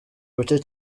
buke